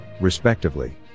respectively